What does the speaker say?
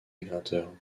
migrateurs